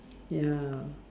ya